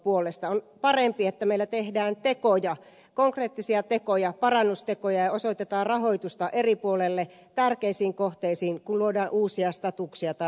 on parempi että meillä tehdään tekoja konkreettisia tekoja parannustekoja ja osoitetaan rahoitusta eri puolille tärkeisiin kohteisiin kuin että luodaan uusia statuksia tai luokituksia